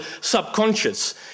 subconscious